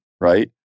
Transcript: Right